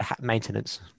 maintenance